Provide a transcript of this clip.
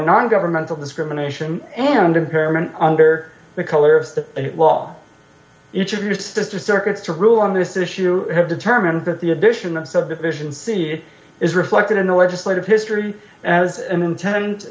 non governmental discrimination and impairment under the color of the law each or sister circuits to rule on this issue have determined that the addition of subdivision c is reflected in the legislative history as an intent